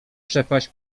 przepaść